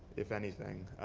if anything.